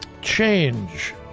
change